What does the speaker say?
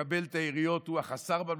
מי שמקבל את היריות הוא חסר הממלכתיות,